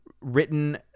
Written